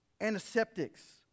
antiseptics